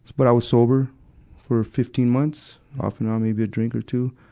but i was sober for fifteen months, off and on, maybe a drink or two.